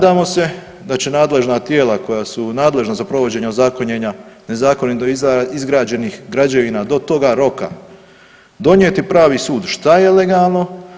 Nadamo se da će nadležna tijela koja su nadležna za provođenje ozakonjenja nezakonito izgrađenih građevina do toga roka donijeti pravi sud što je legalno.